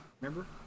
remember